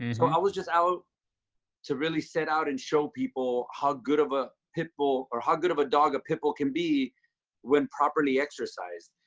and so i was just out to really set out and show people how good of a pitbull or how good of a dog a pitbull can be when properly exercised.